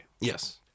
Yes